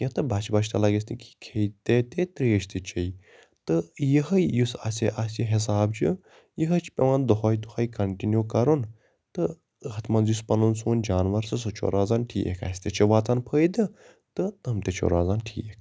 کینٛہہ تہٕ بۄچھِ وۄچھِ تہِ لَگٮ۪س نہٕ کِہِنۍ کھییٚہِ تے تہِ تریش تہِ چیٚیہِ تہٕ یِہوٚے یُس اَسہِ آسہِ حِساب چھُ یہوٚے چھُ پٮ۪وان دۄہَے دۄہَے کَنٹِنیو کَرُن تہٕ أتھ منٛز یُس پَنُن سون جانوَر چھِ سُہ چھُ روزان ٹھیٖک اسہِ تہِ چھِ واتان فٲیدٕ تہٕ تِم تہِ چھٕ روزان ٹھیٖک